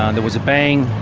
um there was a bang,